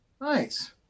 Nice